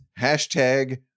Hashtag